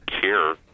care